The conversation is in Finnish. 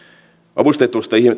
avustetusta